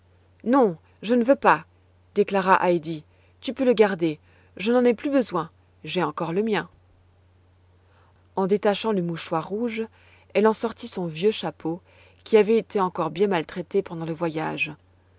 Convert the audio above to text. non je ne veux pas déclara heidi tu peux le garder je n'en ai plus besoin j'ai encore le mien et détachant le mouchoir rouge elle en sortit son vieux chapeau qui avait été encore bien maltraité pendant le voyage